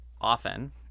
often